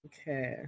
Okay